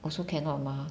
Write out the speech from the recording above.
also cannot mah